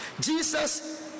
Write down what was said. Jesus